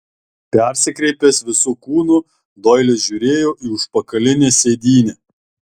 persikreipęs visu kūnu doilis žiūrėjo į užpakalinę sėdynę